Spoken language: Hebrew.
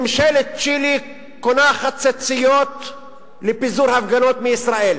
ממשלת צ'ילה קונה חצציות לפיזור הפגנות מישראל,